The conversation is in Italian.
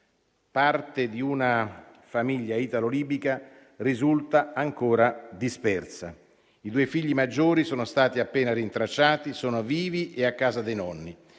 Parte di una famiglia italo-libica risulta ancora dispersa: i due figli maggiori sono stati appena rintracciati, sono vivi e a casa dei nonni.